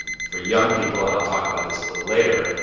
for young people and i'll talk about this a little later,